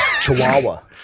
Chihuahua